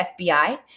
FBI